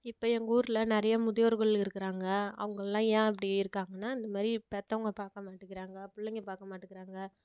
இப்போ எங்கள் ஊரில் நிறைய முதியோர்கள் இருக்கிறாங்க அவங்கெல்லாம் ஏன் அப்படி இருக்காங்கன்னால் இந்த மாதிரி பெற்றவங்க பார்க்க மாட்டேங்கிறாங்க பிள்ளைங்க பார்க்க மாட்டேங்குறாங்க